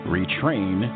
Retrain